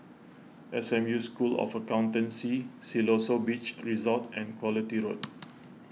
S M U School of Accountancy Siloso Beach Resort and Quality Road